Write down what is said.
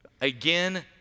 Again